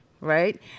right